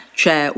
c'è